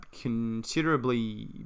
considerably